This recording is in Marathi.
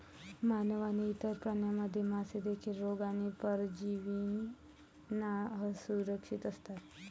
मानव आणि इतर प्राण्यांप्रमाणे, मासे देखील रोग आणि परजीवींना असुरक्षित असतात